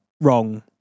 wrong